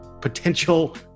potential